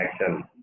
action